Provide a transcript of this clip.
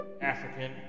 African